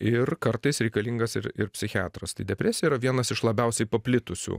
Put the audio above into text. ir kartais reikalingas ir ir psichiatras tai depresija yra vienas iš labiausiai paplitusių